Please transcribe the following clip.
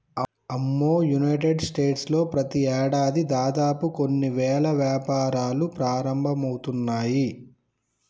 అమ్మో United States లో ప్రతి ఏడాది దాదాపు కొన్ని వేల కొత్త వ్యాపారాలు ప్రారంభమవుతున్నాయి